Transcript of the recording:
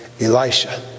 Elisha